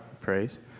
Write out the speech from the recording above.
praise